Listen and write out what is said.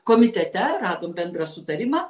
komitete radom bendrą sutarimą